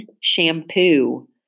shampoo